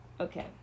Okay